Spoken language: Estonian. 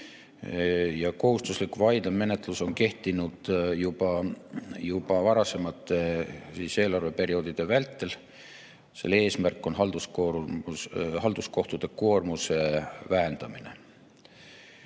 ja kohustuslik vaidemenetlus on kehtinud ka varasemate eelarveperioodide vältel. Selle eesmärk on halduskohtute koormuse vähendamine.